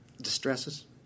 Distresses